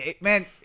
man